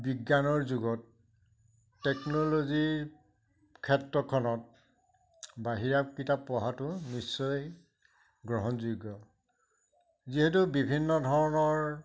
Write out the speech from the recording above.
বিজ্ঞানৰ যুগত টেকন'লজিৰ ক্ষেত্ৰখনত বাহিৰা কিতাপ পঢ়াটো নিশ্চয় গ্ৰহণযোগ্য যিহেতু বিভিন্ন ধৰণৰ